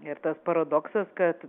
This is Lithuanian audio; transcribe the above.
ir tas paradoksas kad